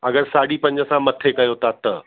अगरि साढ़ी पंज सां मथे कयो था त